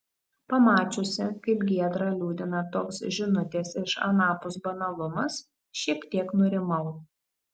pamačiusi kaip giedrą liūdina toks žinutės iš anapus banalumas šiek tiek nurimau